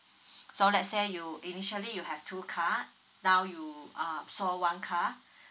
so let's say you initially you have two car now you uh sold one car